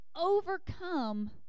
overcome